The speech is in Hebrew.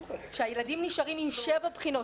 שהילדים נשארים עם שבע בחינות.